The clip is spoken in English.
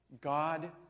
God